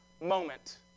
moment